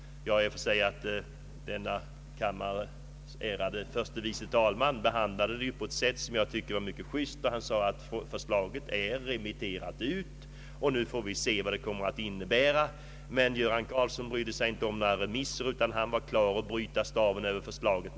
Denna kammares ärade förste vice talman behandlade frågan på ett mycket juste sätt. Han sade att förslaget är ute på remiss och att vi får se vad remissvaren kommer att innebära. Herr Göran Karlsson brydde sig inte om några remisser utan var klar att bryta staven över förslaget.